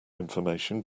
information